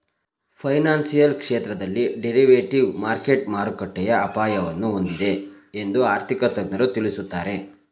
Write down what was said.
financial ಕ್ಷೇತ್ರದಲ್ಲಿ derivative market ಮಾರುಕಟ್ಟೆಯ ಅಪಾಯವನ್ನು ಹೊಂದಿದೆ ಎಂದು ಆರ್ಥಿಕ ತಜ್ಞರು ತಿಳಿಸುತ್ತಾರೆ